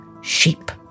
sheep